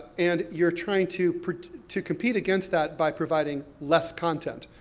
and you're trying to to compete against that by providing less content,